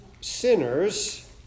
sinners